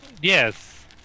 Yes